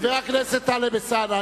חבר הכנסת טלב אלסאנע,